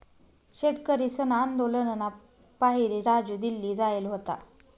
शेतकरीसना आंदोलनना पाहिरे राजू दिल्ली जायेल व्हता